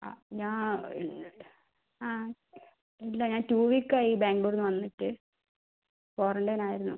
ആ ഞാൻ ആ ഇല്ല ഞാൻ ടു വീക്കായി ബാംഗ്ലൂരിൽ നിന്ന് വന്നിട്ട് ക്വാറൻ്റയിൻ ആയിരുന്നു